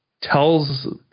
tells